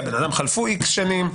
חלפו X שנים,